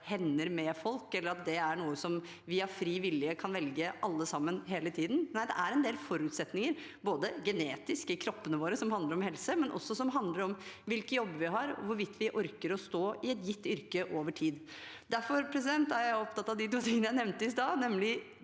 hender med folk, eller at det er noe vi av fri vilje kan velge alle sammen, hele tiden. Nei, det er en del forutsetninger, både det genetiske, kroppene våre, det som handler om helse, og det som handler om hvilke jobber vi har, og hvorvidt vi orker å stå i et gitt yrke over tid. Derfor er jeg opptatt av de to tingene jeg nevnte i stad. Det